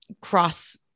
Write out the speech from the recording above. cross